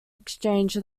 exchange